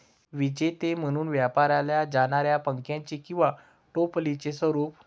विजेते म्हणून वापरल्या जाणाऱ्या पंख्याचे किंवा टोपलीचे स्वरूप